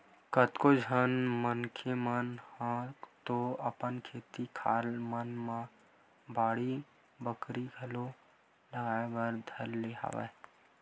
कतको झन मनखे मन ह तो अपन खेत खार मन म बाड़ी बखरी घलो लगाए बर धर ले हवय